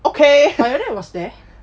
like your dad was there